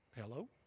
Hello